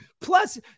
plus